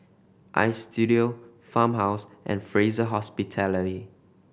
Istudio Farmhouse and Fraser Hospitality